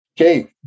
Okay